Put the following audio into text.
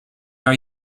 are